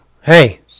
Hey